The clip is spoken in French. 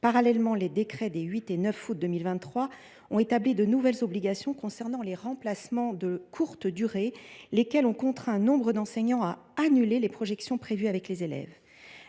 part, les décrets des 8 et 9 août 2023 ont établi en parallèle de nouvelles obligations concernant les remplacements de courte durée (RCD), lesquelles ont contraint nombre d’enseignants à annuler les projections prévues avec les élèves.